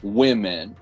women